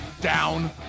down